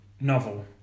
Novel